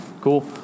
Cool